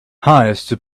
hires